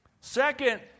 Second